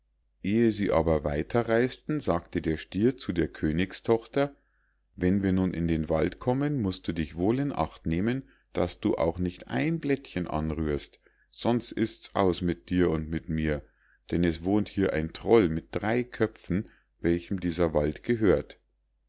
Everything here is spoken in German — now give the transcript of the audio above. ehe sie aber weiter reis'ten sagte der stier zu der königstochter wenn wir nun in den wald kommen musst du dich wohl in acht nehmen daß du auch nicht ein blättchen anrührst sonst ist's aus mit dir und mit mir denn es wohnt hier ein troll mit drei köpfen welchem dieser wald gehört